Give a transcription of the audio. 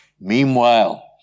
Meanwhile